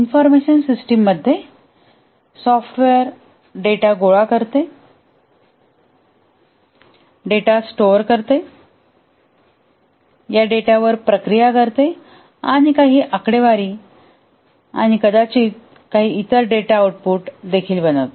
information system मध्ये software data गोळा करते डेटा स्टोर करते नंतर या डेटावर प्रक्रिया करते आणि काही आकडेवारीआणि कदाचित काही इतर डेटा आउटपुट देखील बनवते